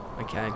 Okay